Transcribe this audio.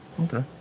okay